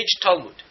Talmud